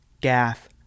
Gath